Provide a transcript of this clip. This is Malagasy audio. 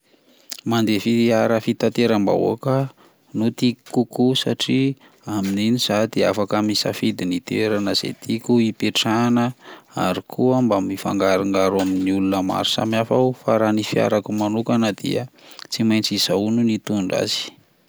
Mandeha fiara fitateram-bahoaka no tiako kokoa satria amin'iny zaho dia afaka misafidy izay toerana tiako hipetrarana, ary koa mba mifangarongaro amin' ny olona maro samihafa aho, fa raha ny fiarako manokana dia tsy maintsy izao no hitondra azy.